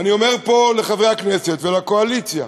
ואני אומר פה לחברי הכנסת ולקואליציה,